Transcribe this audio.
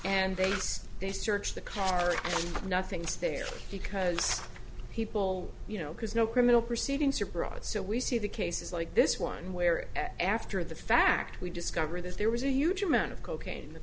and they they search the car nothing's there because people you know because no criminal proceedings are brought so we see the cases like this one where after the fact we discover that there was a huge amount of cocaine in the